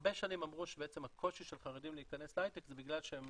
הרבה שנים אמרו שבעצם הקושי של החרדים להכנס להייטק זה בגלל ש הם